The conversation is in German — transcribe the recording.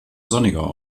sonniger